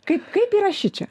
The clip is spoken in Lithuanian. kaip kaip yra šičia